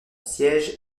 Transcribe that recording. siège